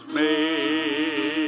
made